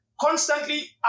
constantly